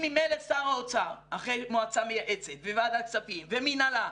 אם ממילא שר האוצר אחרי מועצה מייעצת וועדת כספים ומנהלה,